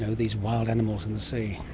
so these wild animals in the sea?